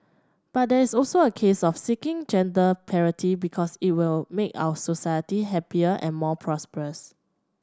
but there is also a case of seeking gender parity because it will make our society happier and more prosperous